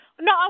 No